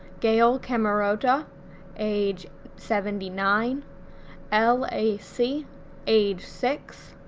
gail camerota age seventy nine l a. c age six,